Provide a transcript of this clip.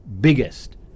biggest